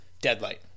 deadlight